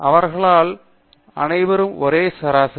அவர்கள் அனைவரும் ஒரே சராசரி